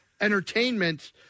entertainment